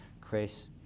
Chris